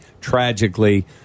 tragically